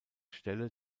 stelle